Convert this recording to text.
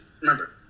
remember